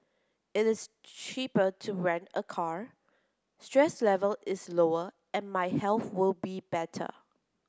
it is cheaper to rent a car stress level is lower and my health will be better